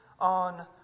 on